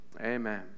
amen